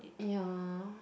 ya